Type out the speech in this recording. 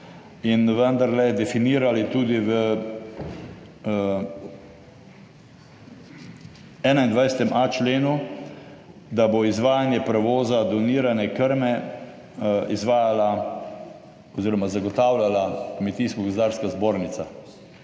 in vendarle definirali tudi v 21.a členu, da bo izvajanje prevoza donirane krme izvajala oziroma zagotavljala Kmetijsko gozdarska zbornica.